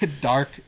dark